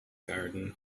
garden